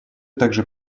также